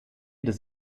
des